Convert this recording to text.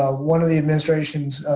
ah one of the administration's